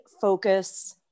focus